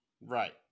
Right